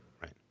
Right